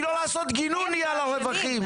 מלא לעשות גינון נהיו לה רווחים.